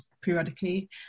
periodically